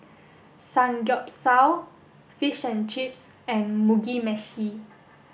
Samgeyopsal Fish and Chips and Mugi Meshi